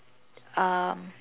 um